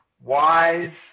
wise